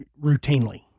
routinely